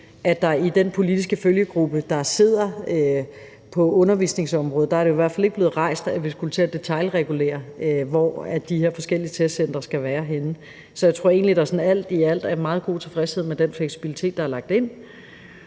i den politiske følgegruppe, der sidder på undervisningsområdet – det er hvert fald ikke blevet rejst, at vi skulle til at detailregulere, hvor de her forskellige testcentre skal være. Så jeg tror egentlig, der alt i alt er en meget god tilfredshed med den fleksibilitet, der er lagt ind